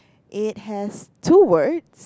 it has two words